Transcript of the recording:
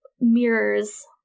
mirrors